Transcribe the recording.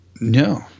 No